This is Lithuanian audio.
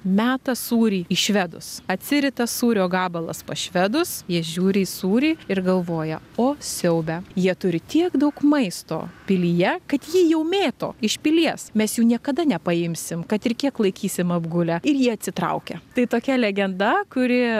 meta sūrį į švedus atsirita sūrio gabalas pas švedus jie žiūri į sūrį ir galvoja o siaube jie turi tiek daug maisto pilyje kad jį jau mėto iš pilies mes jų niekada nepaimsim kad ir kiek laikysim apgulę ir jie atsitraukia tai tokia legenda kuri